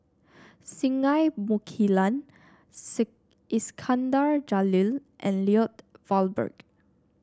Singai Mukilan Iskandar Jalil and Lloyd Valberg